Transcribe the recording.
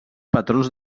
patrons